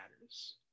matters